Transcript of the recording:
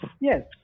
yes